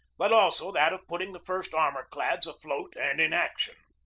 but also that of putting the first armor-clads afloat and in action.